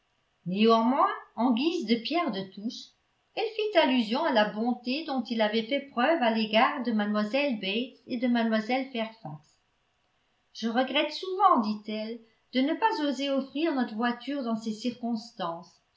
néanmoins en guise de pierre de touche elle fit allusion à la bonté dont il avait fait preuve à l'égard de mlle bates et de mlle fairfax je regrette souvent dit-elle de ne pas oser offrir notre voiture dans ces circonstances